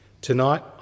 Tonight